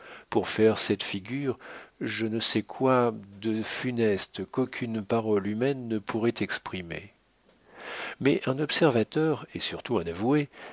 pour faire de cette figure je ne sais quoi de funeste qu'aucune parole humaine ne pourrait exprimer mais un observateur et surtout un avoué